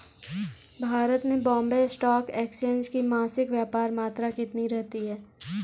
भारत में Bombay stock exchange की मासिक व्यापार मात्रा कितनी रहती है?